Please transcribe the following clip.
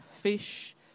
fish